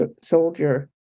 soldier